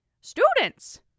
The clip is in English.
Students